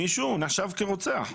הוא נחשב כרוצח.